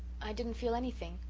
i didn't feel anything.